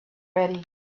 ready